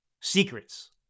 secrets